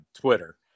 Twitter